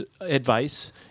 advice